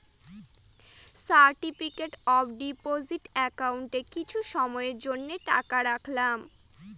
certificate of deposit একাউন্টে কিছু সময়ের জন্য টাকা রাখলাম